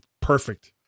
perfect